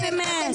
נו, באמת.